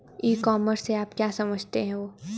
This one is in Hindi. ई कॉमर्स से आप क्या समझते हो?